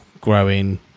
growing